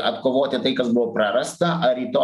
atkovoti tai kas buvo prarasta ar į to